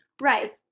Right